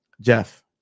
Jeff